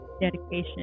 dedication